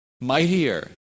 mightier